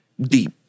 deep